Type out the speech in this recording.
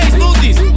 Smoothies